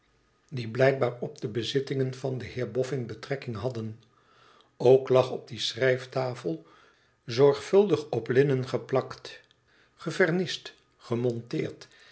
die blijkbaar op de bezittingen van den heer boffin betrekking hadden ook lag op die schrijftafel zorgvuldig op linnen geplakt gevernist gemonteerd